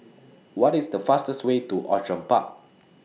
What IS The fastest Way to Outram Park